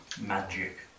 Magic